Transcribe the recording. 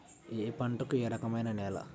ఏ పంటకు ఏ రకమైన నేల?